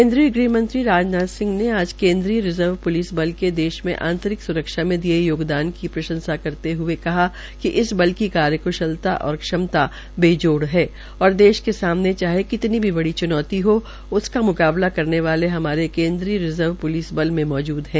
केन्द्रीय गृह मंत्री राजनाथ सिंह ने आज केन्द्रीय रिजर्व प्लिस बल के देश में आंतरिक स्रक्षा में दिये योगदान की प्रशंसा करते हुए कहा है कि इस बल की कार्यक्शलता तथा क्षमता बेजोड़ है और देश के सामने चाहे कितनी भी च्नौती हो उनका म्काबला करने हमारे केन्द्रीय रिजर्व प्लिस बल में मौजूद है